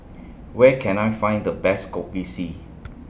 Where Can I Find The Best Kopi C